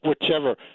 whichever